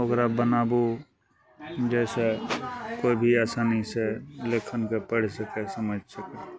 ओकरा बनाबू जाहिसे कोइ भी आसानीसे लेखनके पढ़ि सकै समझि सकै